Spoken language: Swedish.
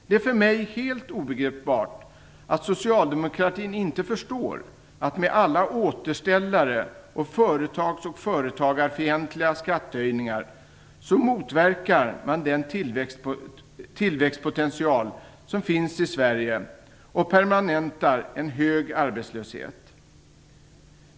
Det är för mig helt obegripligt att socialdemokratin inte förstår, att med alla "återställare" och företags och företagarfientliga skattehöjningar motverkar man den tillväxtpotential som finns i Sverige och permanentar en hög arbetslöshet.